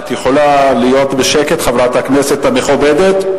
את יכולה להיות בשקט, חברת הכנסת המכובדת?